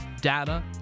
data